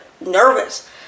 nervous